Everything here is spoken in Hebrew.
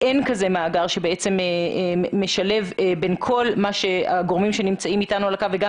אין כזה מאגר שבעצם משלב בין כל הגורמים שנמצאים אתנו ב-זום וגם